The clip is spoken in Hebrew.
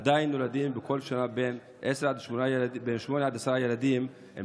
עדיין נולדים בכל שנה בין שמונה לעשרה ילדים עם